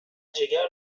جگر